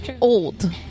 old